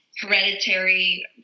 hereditary